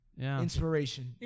inspiration